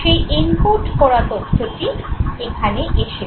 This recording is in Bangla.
সেই এনকোড করা তথ্যটি এখানে এসেছে